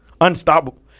Unstoppable